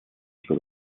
что